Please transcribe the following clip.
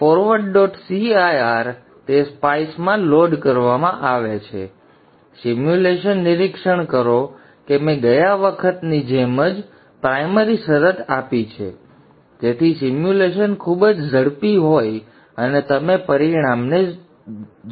તેથી તે સ્પાઇસ માં લોડ કરવામાં આવે છે સિમ્યુલેશન નિરીક્ષણ કરો કે મેં ગયા વખતની જેમ જ પ્રાઇમરી શરત આપી છે જેથી સિમ્યુલેશન ખૂબ જ ઝડપી હોય અને તમે પરિણામને ઝડપથી જોઈ શકશો